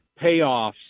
payoffs